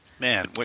Man